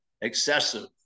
excessive